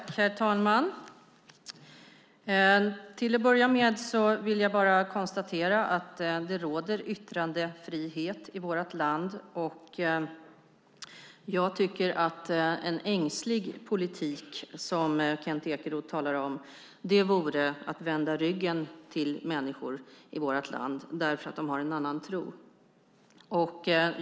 Herr talman! Till att börja med vill jag konstatera att det råder yttrandefrihet i vårt land. Jag tycker att en ängslig politik, som Kent Ekeroth talar om, vore att vända ryggen till människor i vårt land därför att de har en annan tro.